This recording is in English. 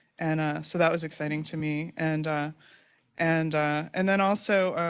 and ah so that was exciting to me. and and and then also,